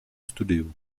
studiu